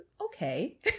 okay